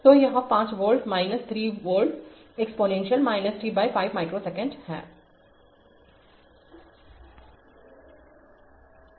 तो यह 5 volt 3 volt exponential t by 5 micro second है